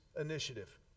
initiative